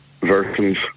versions